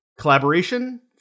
Collaboration